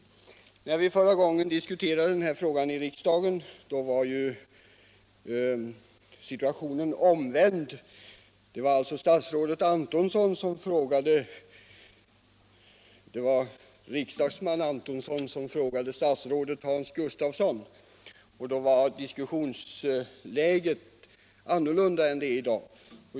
När vi förra gången diskuterade frågan här i riksdagen var ju situationen omvänd. Det var alltså riksdagsman Antonsson som frågade statsrådet Hans Gustafsson, och diskussionsläget var annorlunda än det är i dag.